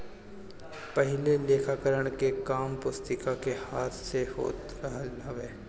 पहिले लेखाकरण के काम पुस्तिका में हाथ से होत रहल हवे